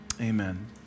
Amen